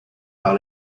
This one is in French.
par